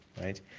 Right